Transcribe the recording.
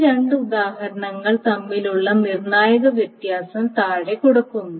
ഈ രണ്ട് ഉദാഹരണങ്ങൾ തമ്മിലുള്ള നിർണായക വ്യത്യാസം താഴെ കൊടുക്കുന്നു